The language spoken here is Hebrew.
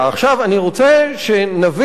אני רוצה שנבין,